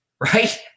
right